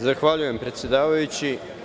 Zahvaljujem, predsedavajući.